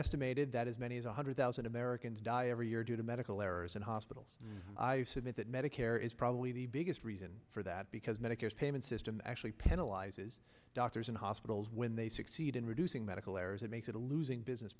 estimated that as many as one hundred thousand americans die every year due to medical errors in hospitals i submit that medicare is probably the biggest reason for that because medicare payment system actually penalizes doctors and hospitals when they succeed in reducing medical errors it makes it a losing business